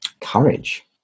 Courage